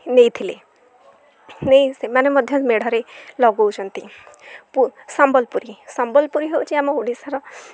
ନେଇଥିଲେ ନେଇ ସେମାନେ ମଧ୍ୟ ମେଢ଼ରେ ଲଗଉଛନ୍ତି ସମ୍ବଲପୁରୀ ସମ୍ବଲପୁରୀ ହେଉଛି ଆମ ଓଡ଼ିଶାର